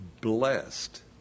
Blessed